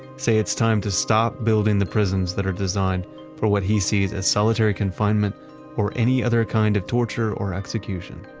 say it's time to stop building the prisons that are designed for what he sees as solitary confinement or any other kind of torture or execution.